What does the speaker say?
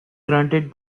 granted